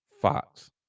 Fox